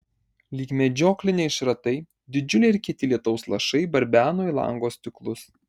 lyg medžiokliniai šratai didžiuliai ir kieti lietaus lašai barbeno į lango stiklus